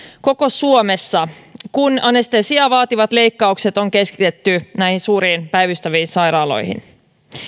koko suomessa kun anestesiaa vaativat leikkaukset on keskitetty näihin suuriin päivystäviin sairaaloihin